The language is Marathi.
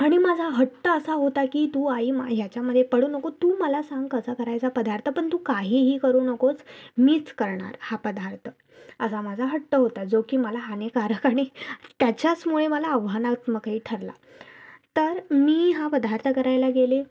आणि माझा हट्ट असा होता की तू आई मा ह्याच्यामध्ये पडू नको तू मला सांग कसा करायचा पदार्थ पण तू काहीही करू नकोस मीच करणार हा पदार्थ असा माझा हट्ट होता जो की मला हानिकारक आणि त्याच्याचमुळे मला आव्हानात्मकही ठरला तर मी हा पदार्थ करायला गेले